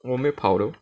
我没有跑 lor